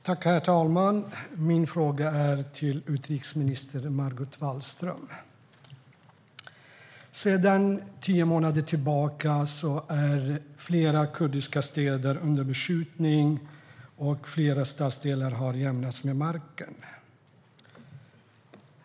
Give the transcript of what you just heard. Herr talman! Min fråga går till utrikesminister Margot Wallström. Sedan tio månader tillbaka är flera kurdiska städer under beskjutning, och flera stadsdelar har jämnats med marken.